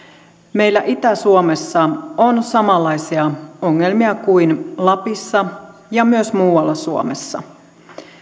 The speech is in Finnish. meillä itä suomessa on samanlaisia ongelmia kuin lapissa ja myös muualla suomessa